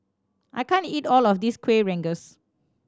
I can't eat all of this Kueh Rengas